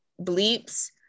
bleeps